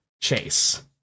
Chase